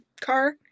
car